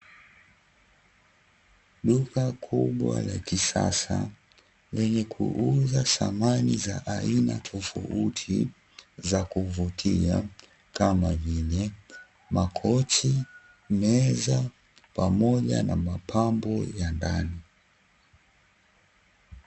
Nyumba kubwa ya kisasa yenye kuuza samani za aina tofauti za kuvutia kama vile makochi, meza pamoja na mapambo ya ndani.